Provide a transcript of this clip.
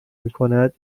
میکند